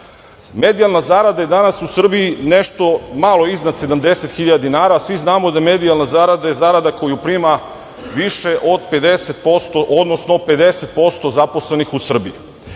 medijalna zarada je danas u Srbiji nešto malo iznad 70.000 dinara, a svi znamo da medijalna zarada je zarada koju prima više od 50%, odnosno 50% zaposlenih u Srbiji.